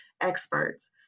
experts